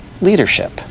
leadership